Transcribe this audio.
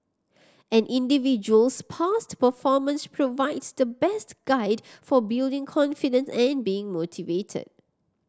an individual's past performance provides the best guide for building confidence and being motivated